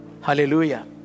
Hallelujah